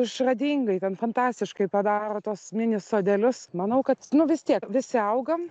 išradingai ten fantastiškai padaro tuos mini sodelius manau kad nu vis tiek visi augam